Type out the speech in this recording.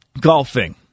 golfing